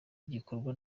gikorwa